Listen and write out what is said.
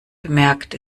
bemerkt